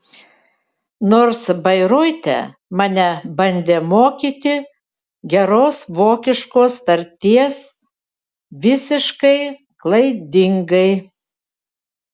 nors bairoite mane bandė mokyti geros vokiškos tarties visiškai klaidingai